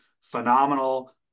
Phenomenal